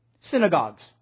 Synagogues